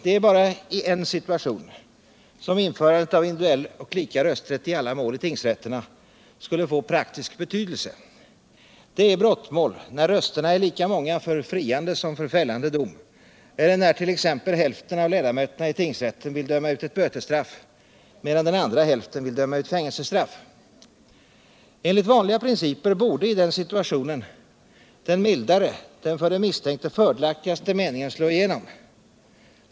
Det är bara i en siutation som införandet av individuell och lika rösträtt i alla mål i tingsrätterna skulle få praktisk betydelse. Det är i brottmål när rösterna är lika många för friande som för fällande dom eller när t.ex. hälften av ledamöterna i tingsrätten vill döma ut ett bötesstraff medan den andra hälften vill döma ut fängelsestraff. Enligt vanliga principer borde i den situationen den mildare, den för den misstänkte fördelaktigaste, meningen slå igenom.